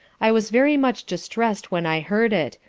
i was very much distress'd when i heard it,